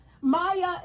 Maya